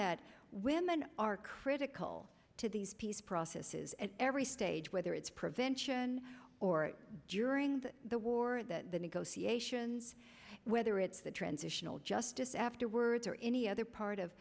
that women are critical to these peace processes at every stage whether it's prevention or during the war that the negotiations whether it's the transitional justice afterwards or any other part of